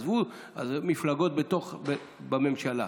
עזבו מפלגות בממשלה,